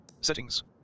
Settings